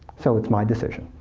so it's my decision.